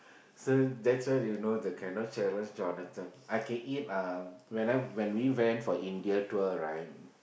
so that's where they know they cannot challenge Jonathan I can eat ah when I when we went for India tour right